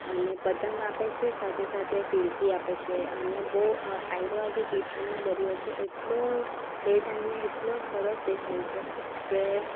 અને પતંગ આપે છે સાથે સાથે ફીરકી આપે છે અને બહુ આયરો આજે તિથલનો દરિયો છે એટલો તે ટાઈમે એટલો સરસ દેખાય છે કે